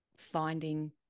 finding